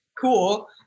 Cool